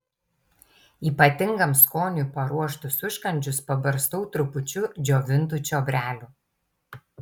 ypatingam skoniui paruoštus užkandžius pabarstau trupučiu džiovintų čiobrelių